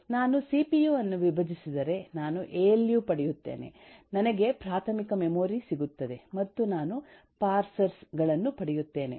ನಾನು ಸಿಪಿಯು ಅನ್ನು ವಿಭಜಿಸಿದರೆ ನಾನು ಎಎಲ್ಯು ಪಡೆಯುತ್ತೇನೆ ನನಗೆ ಪ್ರಾಥಮಿಕ ಮೆಮೊರಿ ಸಿಗುತ್ತದೆ ಮತ್ತು ನಾನು ಪಾರ್ಸರ್ ಗಳನ್ನು ಪಡೆಯುತ್ತೇನೆ